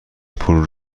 پول